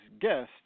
guest